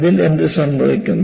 ഇതിൽ എന്ത് സംഭവിക്കും